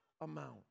amount